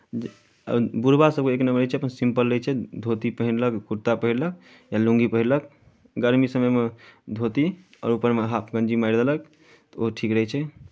आओर बुढ़बा सभके एक नम्बर रहै छै अपन सिंपल रहै छै धोती पहिरलक कुर्ता पहिरलक या लुंगी पहिरलक गर्मी समयमे धोती आओर ऊपरमे हाफ गञ्जी मारि देलक तऽ ओ ठीक रहै छै